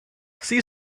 sea